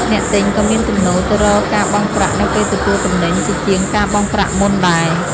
អ្នកទិញក៏មានទំនោរទៅរកការបង់ប្រាក់នៅពេលទទួលទំនិញជាជាងការបង់ប្រាក់មុនដែរ។